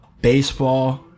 baseball